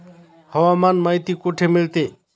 हवामान माहिती कुठे मिळते?